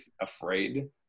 afraid